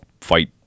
fight